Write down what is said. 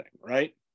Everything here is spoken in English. right